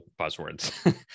buzzwords